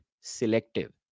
selective